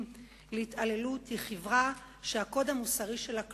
להתעללות היא חברה שהקוד המוסרי שלה קלוקל.